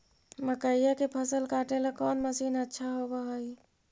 मकइया के फसल काटेला कौन मशीन अच्छा होव हई?